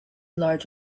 large